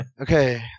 Okay